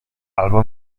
albo